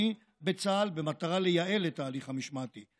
בצה"ל במטרה לייעל את ההליך המשמעתי.